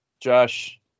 Josh